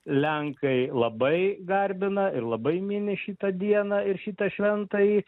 lenkai labai garbina ir labai mini šitą dieną ir šitą šventąjį